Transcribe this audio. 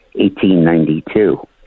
1892